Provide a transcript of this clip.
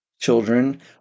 children